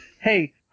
Hey